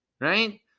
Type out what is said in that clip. right